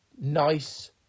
Nice